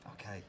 Okay